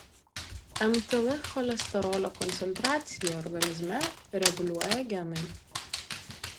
mtl cholesterolio koncentraciją organizme reguliuoja genai